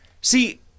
See